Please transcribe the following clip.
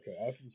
okay